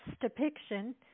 depiction